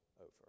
over